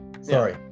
Sorry